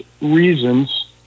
reasons